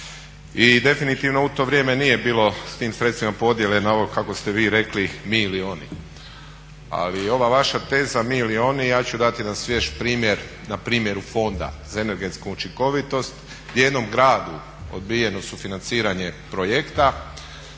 i definitivno u to vrijeme nije bilo s tim sredstvima podjele na ovo kako ste vi rekli mi ili oni. Ali ova vaša teza mi ili oni ja ću dati jedan svjež primjer na primjeru Fonda za energetsku učinkovitost gdje je jednom gradu odbijeno sufinanciranje projekta